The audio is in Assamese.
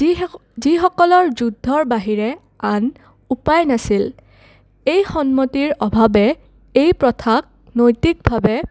যি স যিসকলৰ যুদ্ধৰ বাহিৰে আন উপায় নাছিল এই সন্মতিৰ অভাৱে এই প্ৰথাক নৈতিকভাৱে